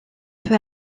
peu